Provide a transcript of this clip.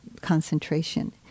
concentration